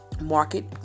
market